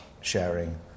sharing